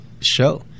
show